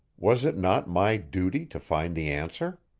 was it not my duty to find the answer?